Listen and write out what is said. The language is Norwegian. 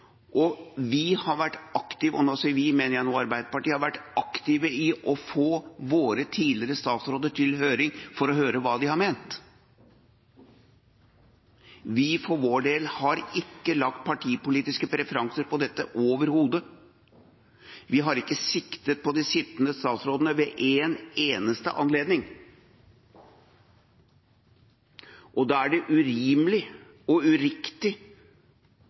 og vi – når jeg nå sier «vi», mener jeg Arbeiderpartiet – har vært aktive i å få våre tidligere statsråder til høring for å høre hva de har ment. Vi for vår del har ikke lagt partipolitiske preferanser på dette – overhodet. Vi har ikke siktet på de sittende statsrådene ved én eneste anledning. Da er det urimelig og uriktig